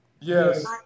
Yes